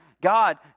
God